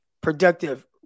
productive